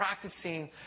practicing